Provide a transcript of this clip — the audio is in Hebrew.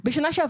בבקשה.